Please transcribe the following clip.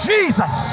Jesus